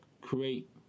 create